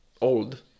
old